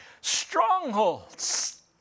strongholds